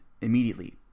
immediately